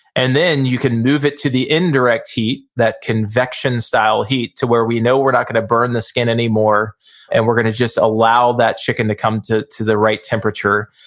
and then you can move it to the indirect heat, that convection style heat to where we know we're not gonna burn the skin anymore and we're gonna just allow that chicken to come to to the right temperature.